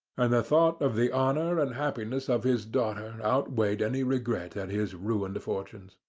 and the thought of the honour and happiness of his daughter outweighed any regret at his ruined fortunes.